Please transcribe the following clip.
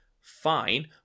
Fine